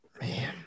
Man